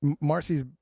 Marcy's